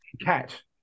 catch